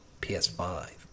PS5